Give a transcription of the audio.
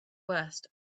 worst